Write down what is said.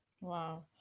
wow